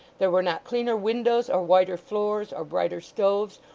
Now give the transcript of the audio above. there were not cleaner windows, or whiter floors, or brighter stoves,